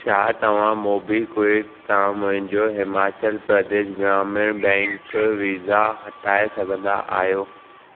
छा तव्हां मोबीक्विक तां मुंहिंजो हिमाचल प्रदेश ग्रामीण बैंक वीज़ा हटाए सघंदा आहियो